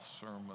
sermon